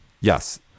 Yes